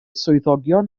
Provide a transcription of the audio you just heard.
swyddogion